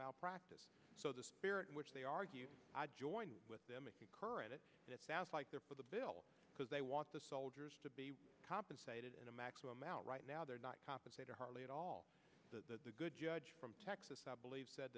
malpractise so the spirit in which they argue i join with them in current it sounds like they're the bill because they want the soldiers to be compensated in a maximum out right now they're not compensated hardly at all the good judge from texas i believe said